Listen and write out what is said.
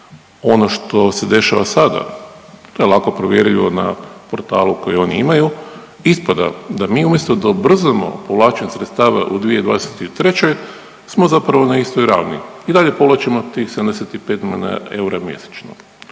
ono što se dešava sada to je lako provjerljivo na portalu koji oni imaju ispada da mi umjesto da ubrzamo povlačenje sredstava u 2023. smo zapravo na istoj ravni. I dalje povlačimo tih 75 milijuna eura mjesečno.